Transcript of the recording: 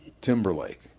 Timberlake